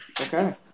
Okay